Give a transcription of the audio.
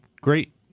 great